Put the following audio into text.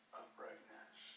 uprightness